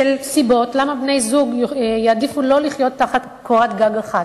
של סיבות למה בני-זוג יעדיפו שלא לא לחיות תחת קורת גג אחת.